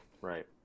Right